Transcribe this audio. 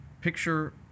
picture